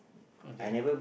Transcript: okay